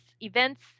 events